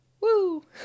Woo